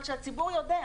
אבל כשהציבור יודע,